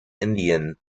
indian